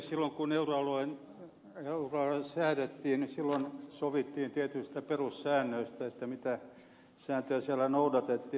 silloin kun euroalue säädettiin niin silloin sovittiin tietyistä perussäännöistä mitä sääntöjä siellä noudatettiin